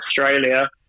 australia